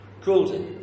Cruelty